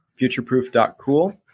futureproof.cool